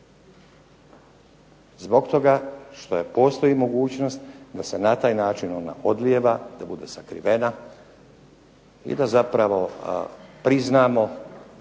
Zbog toga što postoji mogućnost da se na taj način ona odlijeva, da bude sakrivena i da zapravo priznamo